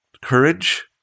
courage